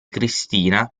cristina